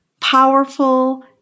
powerful